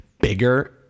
bigger